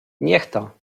niechta